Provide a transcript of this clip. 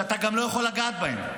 שאתה גם לא יכול לגעת בהם,